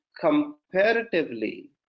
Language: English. comparatively